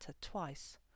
twice